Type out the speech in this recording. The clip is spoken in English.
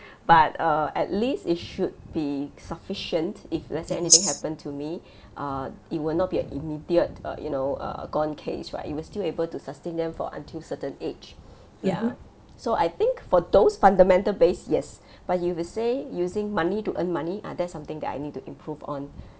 but uh at least it should be sufficient if let's say anything happen to me uh it will not be a immediate uh you know uh gone case right it will still able to sustain them for until certain age ya so I think for those fundamental base yes but if you say using money to earn money ah that's something that I need to improve on